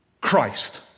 Christ